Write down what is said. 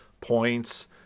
points